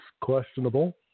questionable